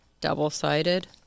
Double-sided